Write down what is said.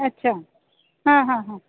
अच्छा हं हं हं